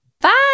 Bye